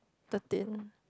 thirteen